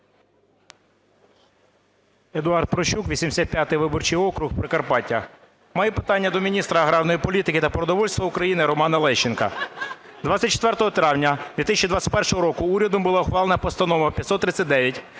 Едуард Прощук, 85 виборчий округ, Прикарпаття. Моє питання до міністра аграрної політики та продовольства України Романа Лещенка. 24 травня 2021 року урядом була ухвалена Постанова 539